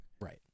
Right